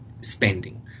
spending